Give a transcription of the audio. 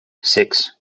six